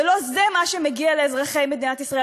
ולא זה מה שמגיע לאזרחי מדינת ישראל.